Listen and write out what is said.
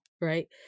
Right